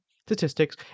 statistics